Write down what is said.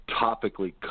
topically